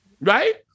Right